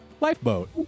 lifeboat